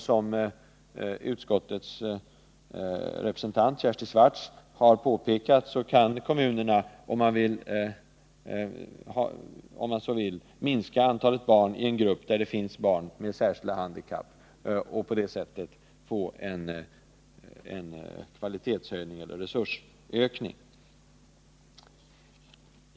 Som utskottets vice ordförande Kersti Swartz har påpekat kan kommunerna, om de så vill, minska antalet barn i en grupp där det finns barn med särskilda handikapp, och på det sättet få en kvalitetshöjning eller resursökning.